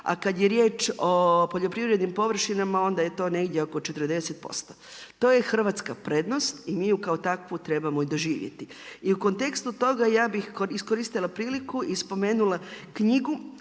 a kad je riječ o poljoprivrednim površinama onda je to negdje oko 40%. To je hrvatska prednost i mi je kao takvu trebamo i doživjeti. I u kontekstu toga ja bih iskoristila priliku i spomenula knjigu